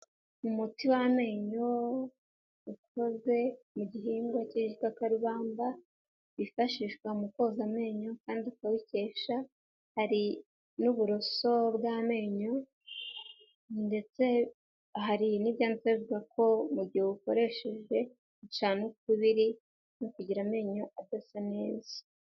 Umuti w'amenyo ukozwe mu gihingwa cy'igikakarubamba wifashishwa mu koza amenyo kandi ukawukesha, hari n'uburoso bw'amenyo, ndetse hari n'ibyanditseho bivuga ko mu gihe uwukoresheje ucana ukubiri no kugira amenyo adasa neza.